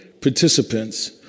participants